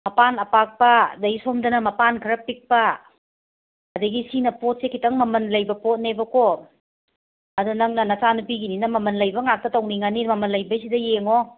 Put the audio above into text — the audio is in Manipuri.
ꯃꯄꯥꯟ ꯑꯄꯥꯛꯄ ꯑꯗꯒꯤ ꯁꯣꯝꯗꯅ ꯃꯄꯥꯟ ꯈꯔ ꯄꯤꯛꯄ ꯑꯗꯒꯤ ꯁꯤꯅ ꯄꯣꯠꯁꯤ ꯈꯤꯇꯪ ꯃꯃꯟ ꯂꯩꯕ ꯄꯣꯠꯅꯦꯕꯀꯣ ꯑꯗꯣ ꯅꯪꯅ ꯅꯆꯥꯅꯨꯄꯤꯒꯤꯅ ꯃꯃꯟ ꯂꯩꯕ ꯉꯥꯛꯇ ꯇꯧꯅꯤꯡꯉꯅꯤ ꯃꯃꯟ ꯂꯩꯕꯁꯤꯗ ꯌꯦꯡꯉꯣ